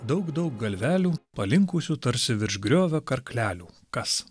daug daug galvelių palinkusių tarsi virš griovio karklelių kas